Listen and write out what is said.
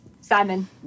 Simon